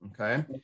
Okay